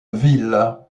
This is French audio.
ville